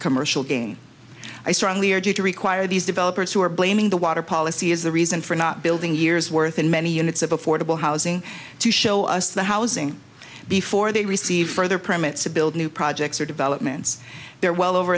commercial gain i strongly urge you to require these developers who are blaming the water policy is the reason for not building years worth in many units of affordable housing to show us the housing before they receive further permits to build new projects or developments there well over